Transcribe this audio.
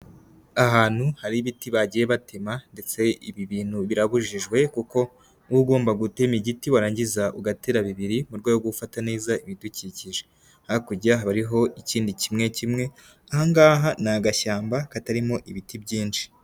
Ahantu hari ibiti bagiye batema ndetse ibi bintu birabujijwe kuko uba ugomba gutema igiti warangiza ugatera bibiri mu rwego rwo gufata neza ibidukikije. Hakurya hariho ikindi kimwe kimwe, ahangaha ni agashyamba katarimo ibiti byinshi.